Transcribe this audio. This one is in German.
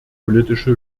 politische